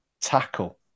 tackle